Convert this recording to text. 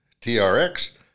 TRX